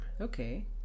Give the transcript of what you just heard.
Okay